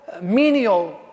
menial